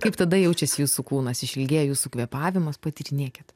kaip tada jaučiasi jūsų kūnas išilgėja jūsų kvėpavimas patyrinėkit